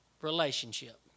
Relationship